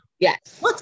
Yes